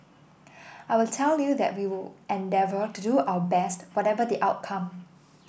I will tell you that we will endeavour to do our best whatever the outcome